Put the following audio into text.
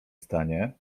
stanie